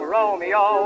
Romeo